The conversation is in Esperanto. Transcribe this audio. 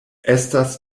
estas